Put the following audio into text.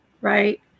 right